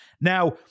Now